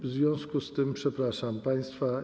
W związku z tym przepraszam państwa.